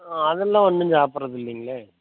அதெல்லாம் ஒன்றும் சாப்பிட்றது இல்லைங்களே